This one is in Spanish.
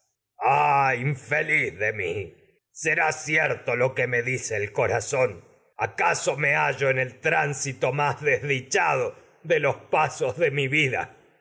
ah infeliz de mí será cierto lo dice el corazón de los acaso de me hallo en el tránsito más desdichado suena pasos mi vida